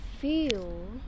feel